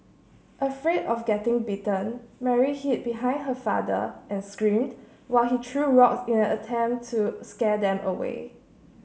afraid of getting bitten Mary hid behind her father and screamed while he threw rocks in an attempt to scare them away